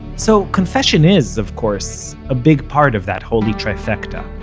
so confession is, of course, a big part of that holy trifecta.